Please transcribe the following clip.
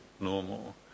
normal